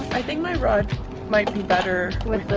i think my rod might be better with ah